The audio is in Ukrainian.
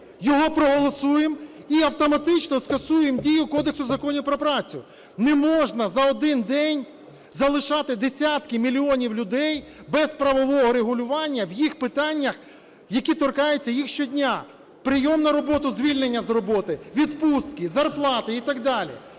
його проголосуємо і автоматично скасуємо дію Кодексу законів про працю. Не можна за один день залишати десятки мільйонів людей без правового регулювання в їх питаннях, які торкаються їх щодня: прийом на роботу, звільнення з роботи, відпустки, зарплати і так далі.